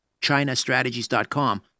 Chinastrategies.com